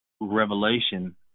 revelation